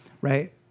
Right